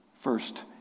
first